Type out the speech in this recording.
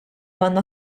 għandna